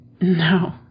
No